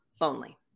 lonely